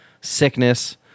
sickness